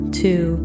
two